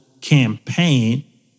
campaign